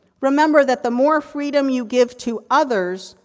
remember, that the more freedom you give to others,